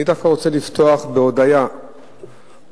אני דווקא רוצה לפתוח בהודיה לקדוש-ברוך-הוא